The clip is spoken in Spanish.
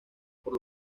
por